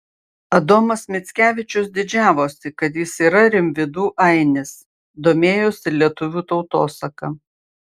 adomas mickevičius didžiavosi kad jis yra rimvydų ainis domėjosi lietuvių tautosaka